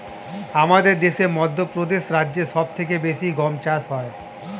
আমাদের দেশে মধ্যপ্রদেশ রাজ্যে সব থেকে বেশি গম চাষ হয়